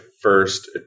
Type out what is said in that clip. first